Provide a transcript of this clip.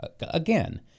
again